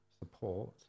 support